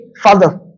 father